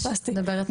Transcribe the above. פספסתי.